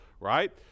right